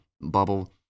bubble